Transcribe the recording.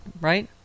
right